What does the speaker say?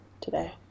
today